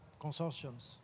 consortiums